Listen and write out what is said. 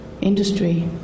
industry